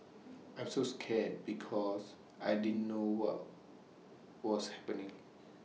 I was so scared because I didn't know what was happening